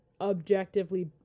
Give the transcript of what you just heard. objectively